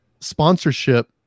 sponsorship